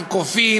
אנחנו כופים,